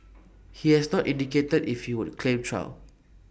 he has not indicated if he would claim trial